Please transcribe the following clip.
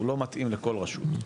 הוא לא מתאים לכל רשות,